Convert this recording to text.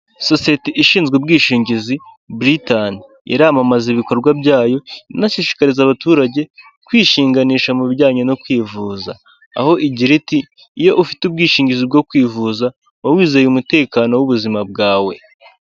Sosiyete ishinzwe ubwishingizi buritamu, iramamaza ibikorwa byayo inashishikariza abaturage kwishinganisha mu bijyanye no kwivuza, aho igira iti ''iyo ufite ubwishingizi bwo kwivuza uba wizeye umutekano w'ubuzima bwawe''.